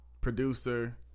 producer